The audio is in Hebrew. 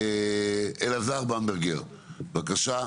אלעזר במברגר, בבקשה.